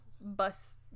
bus